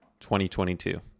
2022